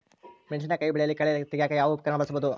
ಮೆಣಸಿನಕಾಯಿ ಬೆಳೆಯಲ್ಲಿ ಕಳೆ ತೆಗಿಯಾಕ ಯಾವ ಉಪಕರಣ ಬಳಸಬಹುದು?